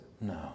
no